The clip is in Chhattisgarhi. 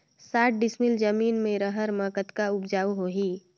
साठ डिसमिल जमीन म रहर म कतका उपजाऊ होही?